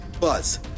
Buzz